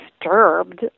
disturbed